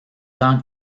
tant